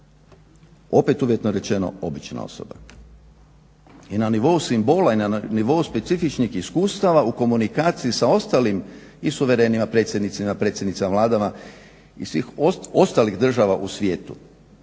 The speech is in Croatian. opet uvjetno rečeno, obična osoba. I na nivou simbola i na nivou specifičnih iskustava u komunikaciji sa ostalim i suvremenima predsjednicima i predsjednicama vlada i svih ostalih država u svijetu.